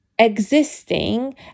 existing